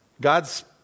God's